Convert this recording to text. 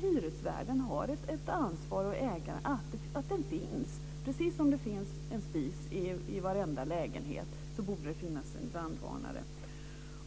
Hyresvärden och ägaren borde ha ett ansvar för att det finns brandvarnare. Precis som det finns en spis i varenda lägenhet borde det finnas en brandvarnare.